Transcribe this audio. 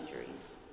injuries